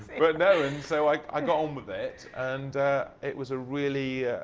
but no, and so like i got on with it and it was a really,